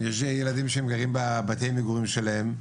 יש ילדים שגרים בבתי מגורים שלהם,